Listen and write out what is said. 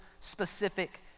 specific